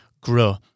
grow